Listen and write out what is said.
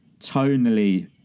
tonally